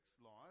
life